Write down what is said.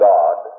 God